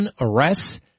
arrests